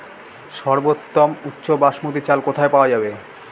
সর্বোওম উচ্চ বাসমতী চাল কোথায় পওয়া যাবে?